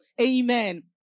Amen